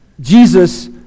Jesus